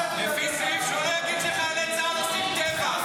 זה מה שאתם עושים בצבא.